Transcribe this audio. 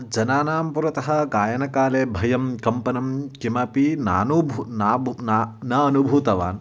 जनानां पुरतः गायनकाले भयं कम्पनं किमपि नानूभुयते नाबु न नानुभूतवान्